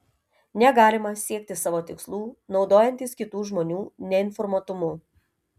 negalima siekti savo tikslų naudojantis kitų žmonių neinformuotumu